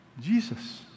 Jesus